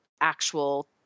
actual